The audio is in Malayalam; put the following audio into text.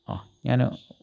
ഞാൻ